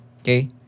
okay